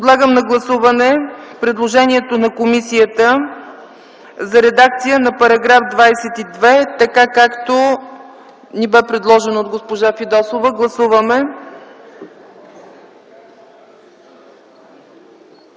Подлагам на гласуване предложението на комисията за редакцията на § 3, така както ни бе предложена от госпожа Танева. Гласуваме